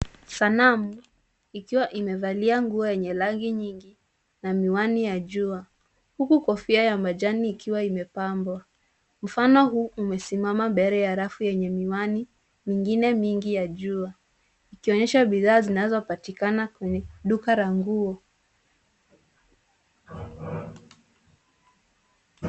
Sanamu ikiwa imevalia nguo enye rangi nyingi na miwani ya jua. huku kofia ya majani ikiwa imepambwa. mfano huu umesimama mbele ya rafu enye miwani, mengine mengi ya jua ikionyesha bidhaa zinazopatikana kwenye duka la nguo.